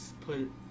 put